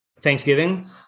Thanksgiving